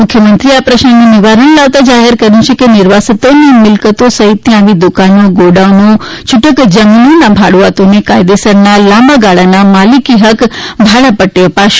મુખ્યમંત્રીશ્રીએ આ પ્રશ્નનું નિવારણ લાવતા જાહેર કર્યું છે કે નિર્વાસિતોની મિલકતો સહિતની આવી દુકાનો ગોડાઉનો છૂટક જમીનોના ભાડુઆતોને કાયદેસરના લાંબાગાળાના માલિકી હક્ક ભાડાપદે અપાશે